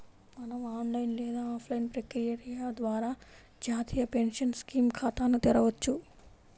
మనం ఆన్లైన్ లేదా ఆఫ్లైన్ ప్రక్రియ ద్వారా జాతీయ పెన్షన్ స్కీమ్ ఖాతాను తెరవొచ్చు